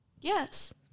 Yes